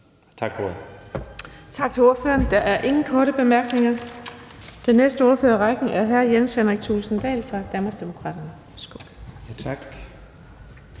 Vind): Tak til ordføreren. Der er ingen korte bemærkninger. Den næste ordfører i rækken er hr. Jens Henrik Thulesen Dahl fra Danmarksdemokraterne.